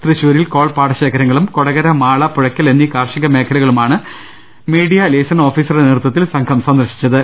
തൃശൂരിൽ കോൾ പാട ശേഖരങ്ങളും കൊടകര മാള പുഴയ്ക്കൽ എന്നീ കാർഷിക മേഖലകളുമാണ് മീഡിയാ ലെയ്സൻ ഓഫീസറുടെ നേതൃ ത്വത്തിൽ സംഘം സന്ദർശിച്ചത്